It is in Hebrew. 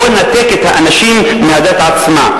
בוא ננתק את האנשים מהדת עצמה.